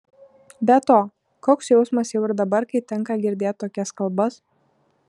be to koks jausmas jau ir dabar kai tenka girdėt tokias kalbas